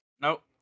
Nope